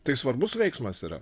tai svarbus veiksmas yra